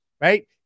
Right